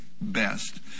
best